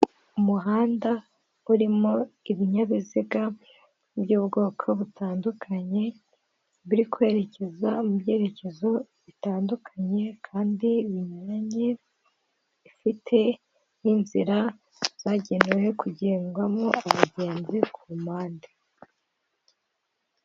Umuhanda urimo ibinyabiziga by'ubwoko butandukanye, biri kwerekeza mu byerekezo bitandukanye kandi binyuranye, ifite n'inzira zagenewe kugendwamo abagenzi ku mpande.